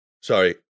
sorry